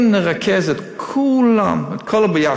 אם נרכז את כולם, את הכול יחד,